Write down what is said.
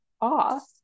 off